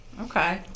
Okay